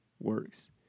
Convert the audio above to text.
works